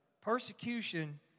persecution